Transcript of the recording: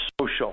Social